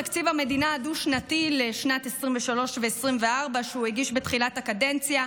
תקציב המדינה הדו-שנתי לשנת 2023 ו-2024 שהוא הגיש בתחילת הקדנציה,